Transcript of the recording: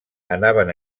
anaven